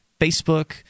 Facebook